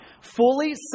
fully